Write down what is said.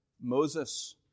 Moses